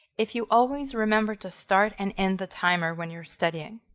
if you always remember to start and end the timer when you're studying,